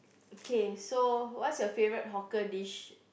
okay so what's your favourite hawker dish